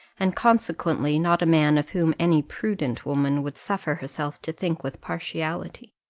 and consequently not a man of whom any prudent woman would suffer herself to think with partiality.